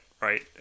right